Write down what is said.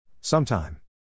Sometime